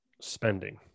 spending